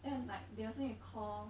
then like they also need to call